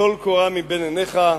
טול קורה מבין עיניך,